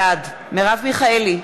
בעד מרב מיכאלי,